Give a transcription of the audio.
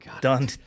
Done